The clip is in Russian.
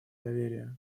доверия